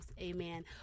Amen